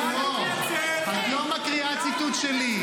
את לא מקריאה ציטוט שלי,